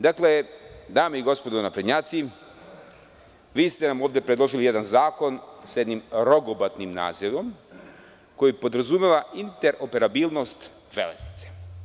Dakle, dame i gospodo naprednjaci, vi ste nam ovde predložili jedan zakon, sa jednim rogobatnim nazivom koji podrazumeva interoperabilnost železnice.